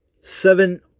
seven